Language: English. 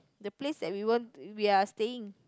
the place we want that we are staying